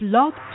Blog